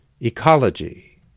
ecology